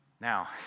Now